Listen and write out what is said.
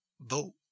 vote